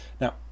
Now